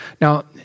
Now